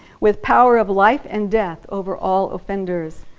with power of life and death over all offenders.